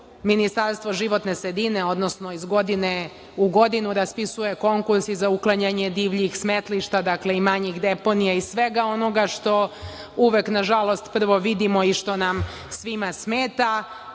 Ministarstvo životne sredine, odnosno iz godine u godinu, raspisuje konkurs i za uklanjanje divljih smetlišta i manjih deponija i svega onoga što uvek, nažalost, prvo vidimo i što nam svima smeta.